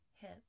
hip